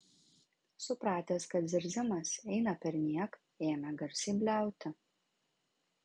supratęs kad zirzimas eina perniek ėmė garsiai bliauti